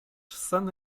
sen